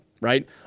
right